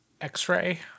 x-ray